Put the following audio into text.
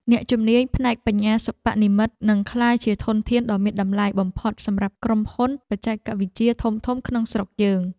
អ្នកជំនាញផ្នែកបញ្ញាសិប្បនិម្មិតនឹងក្លាយជាធនធានដ៏មានតម្លៃបំផុតសម្រាប់ក្រុមហ៊ុនបច្ចេកវិទ្យាធំៗក្នុងស្រុកយើង។